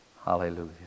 Hallelujah